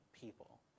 people